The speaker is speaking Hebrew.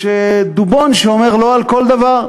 יש דובון שאומר "לא" על כל דבר.